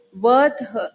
worth